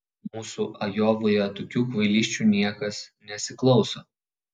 mūsų ajovoje tokių kvailysčių niekas nesiklauso